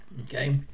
Okay